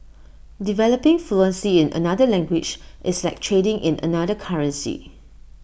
developing fluency in another language is like trading in another currency